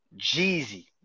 Jeezy